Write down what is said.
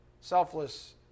Selfless